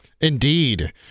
Indeed